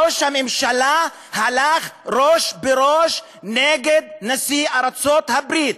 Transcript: ראש הממשלה הלך ראש בראש נגד נשיא ארצות-הברית,